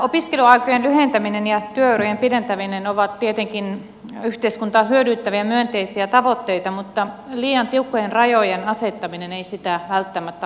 opiskeluaikojen lyhentäminen ja työurien pidentäminen ovat tietenkin yhteiskuntaa hyödyttäviä myönteisiä tavoitteita mutta liian tiukkojen rajojen asettaminen ei sitä välttämättä aina ole